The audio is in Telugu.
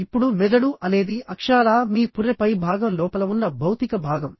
ఇప్పుడు మెదడు అనేది అక్షరాలా మీ పుర్రె పై భాగం లోపల ఉన్న భౌతిక భాగం